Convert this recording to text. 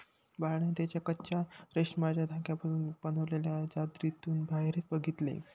बाळाने त्याच्या कच्चा रेशमाच्या धाग्यांपासून पासून बनलेल्या चादरीतून बाहेर बघितले